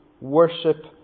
worship